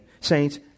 saints